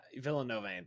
Villanova